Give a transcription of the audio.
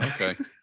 Okay